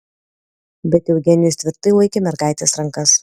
bet eugenijus tvirtai laikė mergaitės rankas